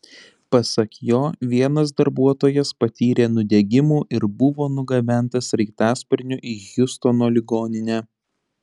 pasak jo vienas darbuotojas patyrė nudegimų ir buvo nugabentas sraigtasparniu į hjustono ligoninę